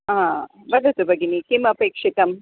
हा वदतु भगिनि किमपेक्षितम्